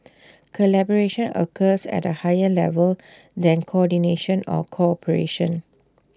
collaboration occurs at A higher level than coordination or cooperation